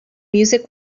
music